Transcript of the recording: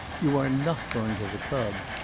you are not going to the club,